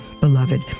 beloved